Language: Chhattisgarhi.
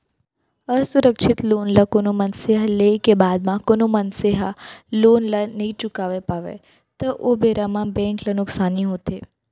असुरक्छित लोन ल कोनो मनसे ह लेय के बाद म कोनो मनसे ह लोन ल नइ चुकावय पावय त ओ बेरा म बेंक ल नुकसानी होथे